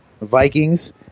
Vikings